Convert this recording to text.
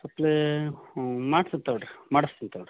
supply ಹ್ಞೂ ಮಾಡ್ಸತ್ತೆ ತಗೋಳ್ರಿ ಮಾಡಸ್ತಿವಿ ತಗೊಳ್ಳಿರಿ